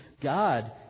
God